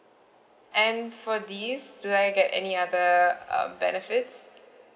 and for these do I get any other um benefits